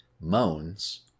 moans